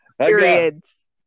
periods